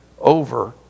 over